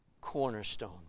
cornerstone